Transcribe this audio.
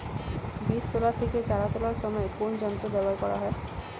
বীজ তোলা থেকে চারা তোলার সময় কোন যন্ত্র ব্যবহার করা হয়?